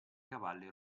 cavalli